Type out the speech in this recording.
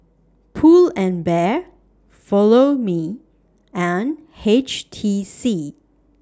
Pull and Bear Follow Me and H T C